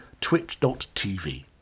Twitch.tv